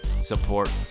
support